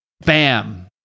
bam